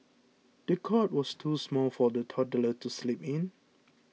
the cot was too small for the toddler to sleep in